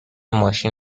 ماشین